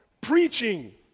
preaching